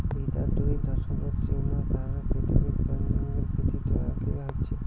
বিতা দুই দশকত চীন ও ভারত পৃথিবীত বনজঙ্গল বিদ্ধিত আগে আইচে